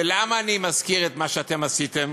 ולמה אני מזכיר את מה שאתם עשיתם?